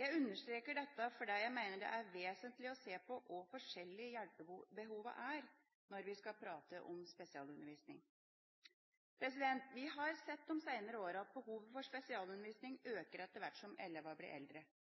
Jeg understreker dette fordi jeg mener det er vesentlig å se på hvor forskjellige hjelpebehovene er, når vi snakker om spesialundervisning. Vi har sett de seinere åra at behovet for spesialundervisning øker etter hvert som elevene blir eldre.